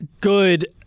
good